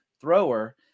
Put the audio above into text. thrower